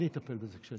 אני אטפל בזה כשאני ארד.